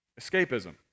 escapism